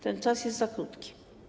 Ten czas jest za krótki.